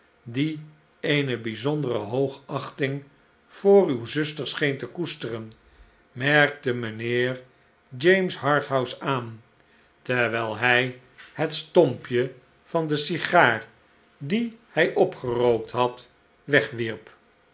die eene bijzondere hoogachting voor uwe zuster scheente koesteren merkte mijnheer james harthouse aan terwijl hij het stompje van de sigaar die hij opgerookt had wegwierp